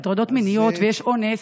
בהטרדות מיניות וכשיש אונס,